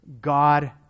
god